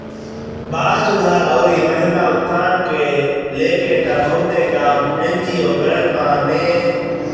बाल सुधार अउरी महिला उत्थान के लेके तअ बहुते काम एन.जी.ओ करत बाने